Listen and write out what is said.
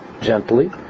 gently